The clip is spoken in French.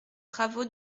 travaux